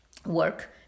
work